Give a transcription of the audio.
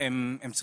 יכול